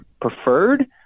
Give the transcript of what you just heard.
preferred